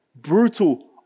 Brutal